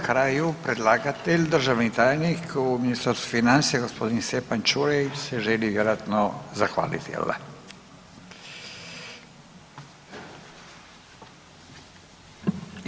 I na kraju predlagatelj, državni tajnik u Ministarstvu financija, gospodin Stjepan Čuraj se želi vjerojatno zahvaliti, jel da?